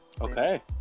okay